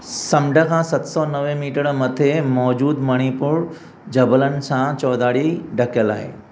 समुंड खां सत सौ नवे मीटर मथे मौज़ूदु मणिपुर जबलनि सां चौधारी ढकियलु आहे